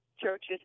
Churches